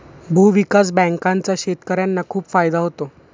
भूविकास बँकांचा शेतकर्यांना खूप फायदा होतो